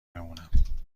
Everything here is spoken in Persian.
بمونم